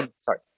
sorry